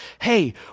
Hey